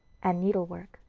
and needlework.